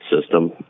system